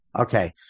Okay